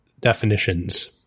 Definitions